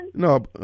No